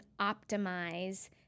optimize